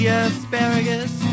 asparagus